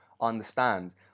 understand